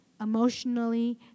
emotionally